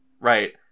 right